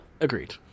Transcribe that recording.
Agreed